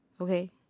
Okay